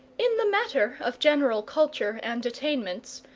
in the matter of general culture and attainments,